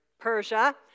Persia